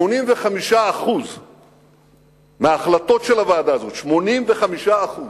85% מההחלטות של הוועדה, 85%